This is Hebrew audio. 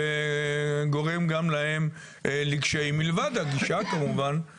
וגורם גם להם לקשיים, מלבד הגישה כמובן.